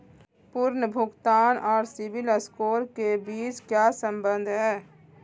पुनर्भुगतान और CIBIL score के बीच क्या संबंध है?